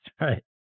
right